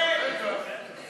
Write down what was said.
מקור וציונים גיאוגרפיים?